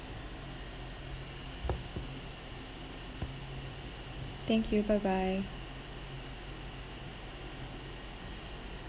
thank you bye bye